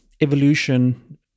evolution